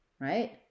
right